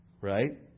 Right